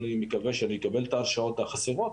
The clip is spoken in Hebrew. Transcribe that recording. אני מקווה שאני אקבל את ההרשאות החסרות